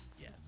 yes